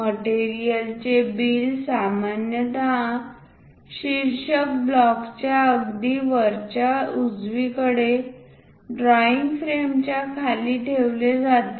मटेरियलचे bill सामान्यत शीर्षक ब्लॉकच्या अगदी वरच्या उजवीकडे ड्रॉईंग फ्रेमच्या खाली ठेवले जाते